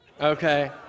okay